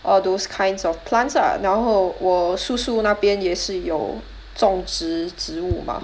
all those kinds of plants ah 然后我叔叔那边也是有种植植物 mah